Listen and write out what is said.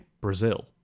Brazil